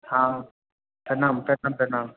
हँ प्रणाम प्रणाम प्रणाम